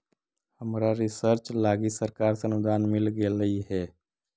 हमरा रिसर्च लागी सरकार से अनुदान मिल गेलई हे